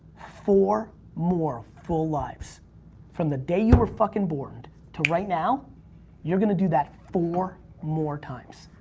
four more full lives from the day you were fucking born to right now you're gonna do that four more times.